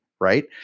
Right